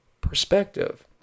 perspective